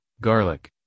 garlic